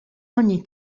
ogni